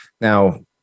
Now